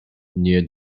near